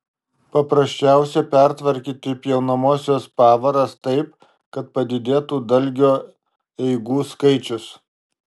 paprasčiausia pertvarkyti pjaunamosios pavaras taip kad padidėtų dalgio eigų skaičius